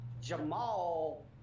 Jamal